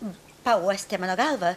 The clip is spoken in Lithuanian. pauostė mano galva